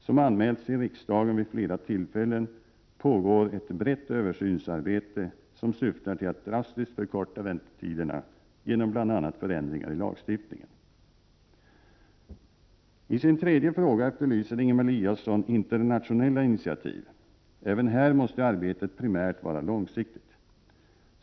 Som anmälts till riksdagen vid flera tillfällen pågår ett brett översynsarbete, som syftar till att drastiskt förkorta väntetiderna genom bl.a. förändringar i lagstiftningen. 3. I sin tredje fråga efterlyser Ingemar Eliasson internationella initiativ. Även här måste arbetet primärt vara långsiktigt.